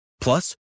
Plus